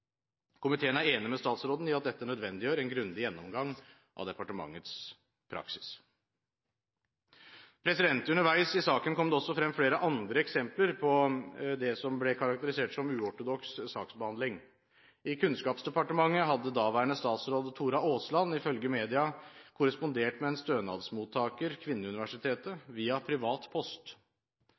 Komiteen er enig med statsråden i at dette nødvendiggjør en grundig gjennomgang av departementets praksis. Underveis i saken kom det også frem flere andre eksempler på det som ble karakterisert som uortodoks saksbehandling. I Kunnskapsdepartementet hadde daværende statsråd Tora Aasland ifølge media korrespondert med en stønadsmottaker, Kvinneuniversitetet, via privat post.